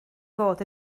fod